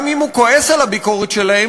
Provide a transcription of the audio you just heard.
גם אם הוא כועס על הביקורת שלהם,